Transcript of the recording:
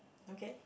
okay